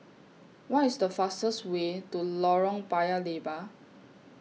What IS The fastest Way to Lorong Paya Lebar